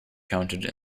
counted